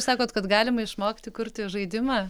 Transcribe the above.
sakot kad galima išmokti kurti žaidimą